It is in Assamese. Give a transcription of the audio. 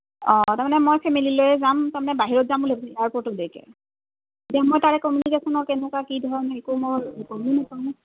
অঁ তাৰমানে মই ফেমিলী লৈয়ে যাম তাৰমানে বাহিৰত যাম ভাবি এয়াৰপৰ্টলৈকে এতিয়া মই তাৰে কমিউনিকেশ্যনৰ কেনেকুৱা কি ধৰণে একো মই গমে নাপাওঁ